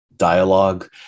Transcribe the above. dialogue